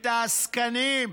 את העסקנים.